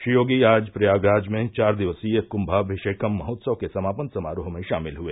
श्री योगी आज प्रयागराज में चार दिवसीय क्माभिषेकम महोत्सव के समापन समारोह में शामिल हए